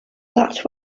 that